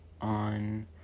on